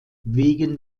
wegen